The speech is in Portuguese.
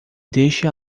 deixe